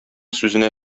сүзенә